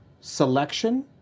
selection